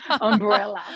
umbrella